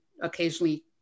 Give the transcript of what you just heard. occasionally